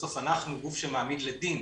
בסוף אנחנו גוף שמעמיד לדין.